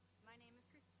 my name is